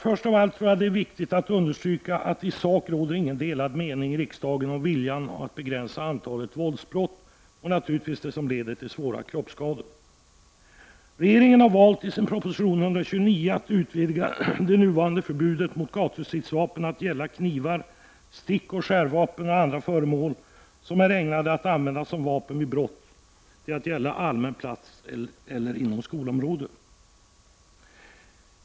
Först av allt är det, tror jag, viktigt att understryka att det i sak inte råder några delade meningar i riksdagen om det önskvärda i att begränsa antalet våldsbrott och naturligtvis dem som leder till svåra kroppsskador. Regeringen har i sin proposition 129 valt att utvidga det nuvarande förbudet mot gatustridsvapen till att gälla, knivar, stickoch skärvapen och andra föremål som är ägnade att användas som vapen vid brott och till att gälla allmän plats och inom skolområden.